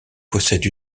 possède